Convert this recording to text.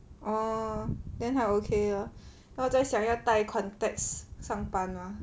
orh then 还 okay ah 我在想要戴 contacts some time now